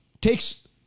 takes